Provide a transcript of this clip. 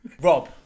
Rob